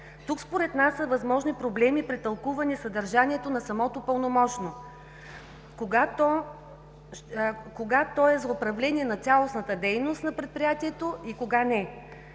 Тук, според нас, са възможни проблеми при тълкуване съдържанието на самото пълномощно – кога то е за управление на цялостната дейност на предприятието и кога не